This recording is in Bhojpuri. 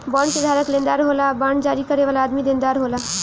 बॉन्ड के धारक लेनदार होला आ बांड जारी करे वाला आदमी देनदार होला